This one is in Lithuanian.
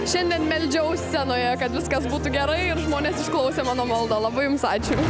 šiandien meldžiau scenoje kad viskas būtų gerai ir žmonės išklausė mano maldą labai jums ačiū